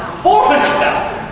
four hundred thousand.